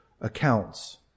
accounts